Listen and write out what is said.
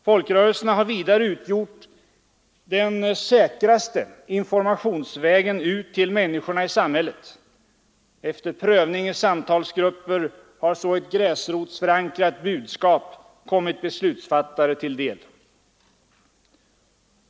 Folkrörelserna har vidare utgjort den säkraste informationsvägen ut till människorna i samhället. Efter prövning i samtalsgrupper har så ett gräsrotsförankrat budskap kommit beslutsfattare till del.